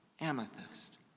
amethyst